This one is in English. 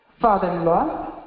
father-in-law